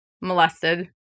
molested